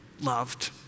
loved